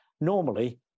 normally